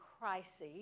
crisis